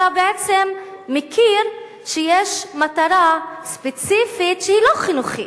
אתה בעצם מכיר שיש מטרה ספציפית שהיא לא חינוכית.